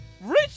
Rich